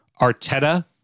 Arteta